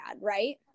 right